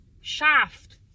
shaft